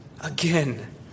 Again